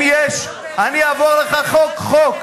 אם יש, אני אעבור לך חוק-חוק.